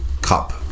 Cup